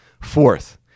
Fourth